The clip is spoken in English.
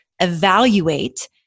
evaluate